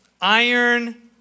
Iron